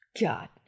God